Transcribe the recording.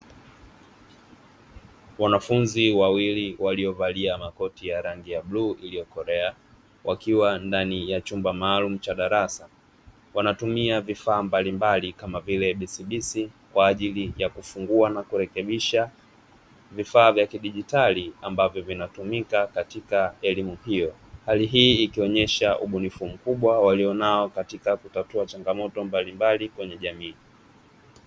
Wanafunzi wawili waliovalia makoti ya rangi ya bluu iliyokolea wakiwa ndani ya chumba maalumu cha darasa wanatumia vifaa mbalimbali kama vile bisibisi kwa ajili ya kufungua na kurekebisha vifaa vya kidigitali ambavyo vinatumika katika elimu hiyo. Hali hii ikionesha ubunifu mkubwa walionao katikati kutatua changamoto mbalimbali kwenye jamii.